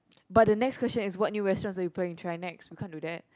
but the next question is what new restaurants we you planning try next we can't do that